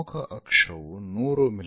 ಪ್ರಮುಖ ಅಕ್ಷವು 100 ಮಿ